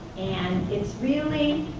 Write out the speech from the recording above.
and it's really,